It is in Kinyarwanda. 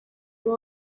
uba